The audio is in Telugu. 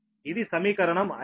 ఇది సమీకరణం 5